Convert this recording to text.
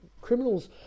Criminals